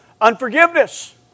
unforgiveness